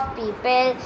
people